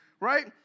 right